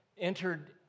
entered